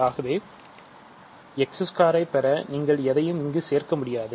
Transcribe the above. ஆகவே x2 பெற நீங்கள் எதையும் இங்கு சேர்க்க முடியாது